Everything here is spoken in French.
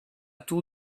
tour